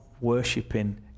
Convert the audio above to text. worshipping